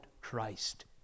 Christ